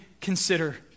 consider